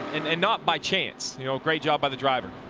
and not by chance. you know a great job by the driver.